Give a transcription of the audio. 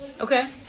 Okay